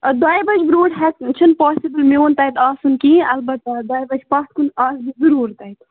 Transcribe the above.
دۄیہِ بجہِ برٛونٛٹھ ہیٚکہٕ چھُنہٕ پاسِبُل میٛون تتہِ آسُن کِہیٖنٛۍ اَلبتہٕ دۄیہِ بجہِ پتھ کُن آسہٕ بہٕ ضرور تَتہِ